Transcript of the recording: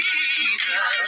Jesus